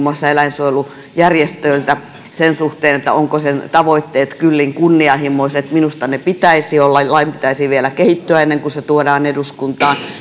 muassa eläinsuojelujärjestöiltä sen suhteen ovatko sen tavoitteet kyllin kunnianhimoiset minusta niiden pitäisi olla lain pitäisi vielä kehittyä ennen kuin se tuodaan eduskuntaan